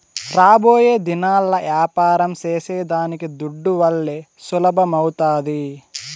రాబోయేదినాల్ల యాపారం సేసేదానికి దుడ్డువల్లే సులభమౌతాది